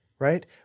Right